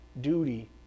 duty